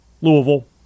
Louisville